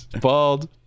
Bald